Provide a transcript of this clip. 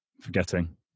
Forgetting